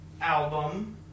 album